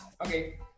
Okay